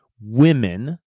women